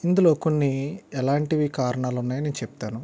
ఇందులో కొన్ని ఎలాంటివి కారణాలు ఉన్నాయో నేను చెప్తాను